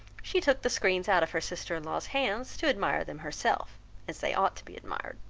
she took the screens out of her sister-in-law's hands, to admire them herself as they ought to be admired.